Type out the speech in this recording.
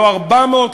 לא 400,